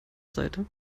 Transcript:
seite